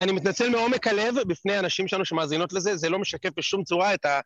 אני מתנצל מעומק הלב בפני הנשים שלנו שמאזינות לזה, זה לא משקף בשום צורה את ה...